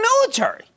military